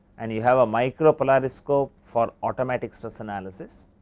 and you have a micro polariscope for automatic stress analysis.